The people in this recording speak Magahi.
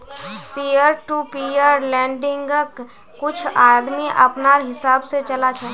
पीयर टू पीयर लेंडिंग्क कुछ आदमी अपनार हिसाब से चला छे